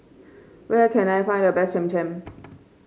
where can I find the best Cham Cham